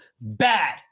Bad